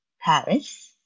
Paris